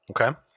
okay